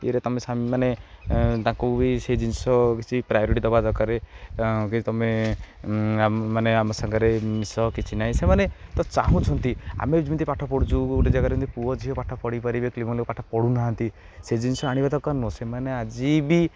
ଇଏରେ ତୁମେମାନେ ତାଙ୍କୁ ବି ସେ ଜିନିଷ କିଛି ପ୍ରାୟୋରିଟି ଦେବା ଦରକାର କି ତୁମେମାନେ ଆମ ସାଙ୍ଗରେ ମିଶ କିଛି ନାହିଁ ସେମାନେ ତ ଚାହୁଁଛନ୍ତି ଆମେ ବି ଯେମିତି ପାଠ ପଢ଼ୁଛୁ ଗୋଟେ ଜାଗାରେ ଯେମିତି ପୁଅ ଝିଅ ପାଠ ପଢ଼ି ପାରିବେ କ୍ଳିବ ପାଠ ପଢ଼ୁନାହାନ୍ତି ସେ ଜିନଷ ଆଣିବା ଦରକାର ନୁହଁ ସେମାନେ ଆଜି ବି